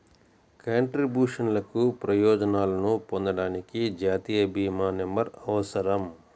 కంట్రిబ్యూషన్లకు ప్రయోజనాలను పొందడానికి, జాతీయ భీమా నంబర్అవసరం